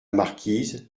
marquise